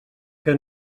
que